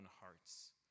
hearts